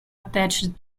attached